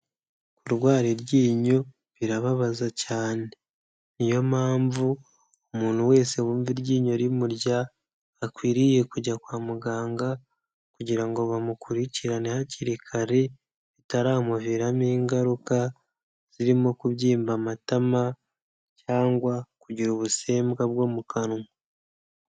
Kurwara iryinyo birababaza cyane. Niyo mpamvu umuntu wese wumva iryinyo rimurya akwiriye kujya kwa muganga kugira ngo bamukurikirane hakiri kare, bitaramuviramo ingaruka zirimo kubyimba amatama cyangwa kugira ubusembwa bwo mu kanwa.